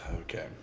okay